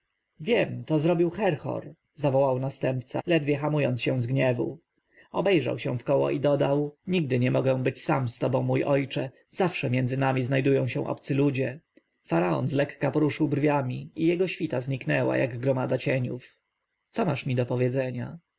wiem to zrobił herhor zawołał następca ledwie hamując się z gniewu obejrzał się wkoło i dodał nigdy nie mogę być sam z tobą mój ojcze zawsze między nami znajdują się obcy ludzie faraon zlekka poruszył brwiami i jego świta znikła jak gromada cieniów co masz mi do powiedzenia